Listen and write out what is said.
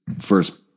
first